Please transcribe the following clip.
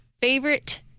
favorite